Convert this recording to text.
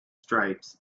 stripes